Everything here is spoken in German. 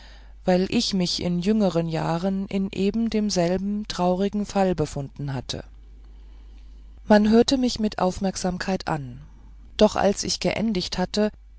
weil ich mich in jüngeren jahren in eben demselben traurigen fall befunden hatte man hörte mich mit aufmerksamkeit an doch als ich geendigt hatte